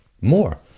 more